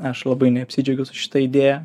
aš labai neapsidžiaugiau su šita idėja